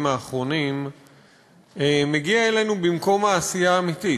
האחרונים מגיע אלינו במקום העשייה האמיתית.